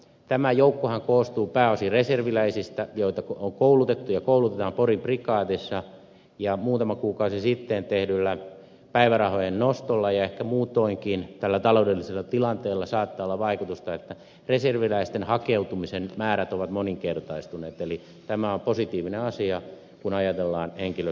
tämä joukkohan koostuu pääosin reserviläisistä joita on koulutettu ja koulutetaan porin prikaatissa ja muutama kuukausi sitten tehdyllä päivärahojen nostolla ja ehkä muutoinkin tällä taloudellisella tilanteella saattaa olla vaikutusta että reserviläisten hakeutumisen määrät ovat moninkertaistuneet eli tämä on positiivinen asia kun ajatellaan henkilöstön saatavuutta